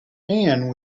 anne